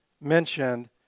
mentioned